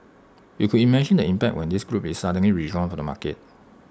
you could imagine the impact when this group is suddenly withdrawn from the market